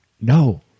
No